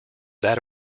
that